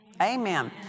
Amen